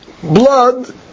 blood